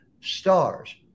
stars